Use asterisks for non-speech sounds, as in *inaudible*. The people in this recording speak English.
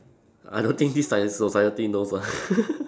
I don't think this ci~ society knows lah *laughs*